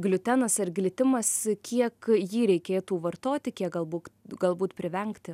gliutenas ar glitimas kiek jį reikėtų vartoti kiek galbūt galbūt privengti